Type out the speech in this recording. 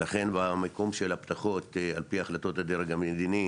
לכן במקום של הפתחות עפ"י החלטות הדרג המדיני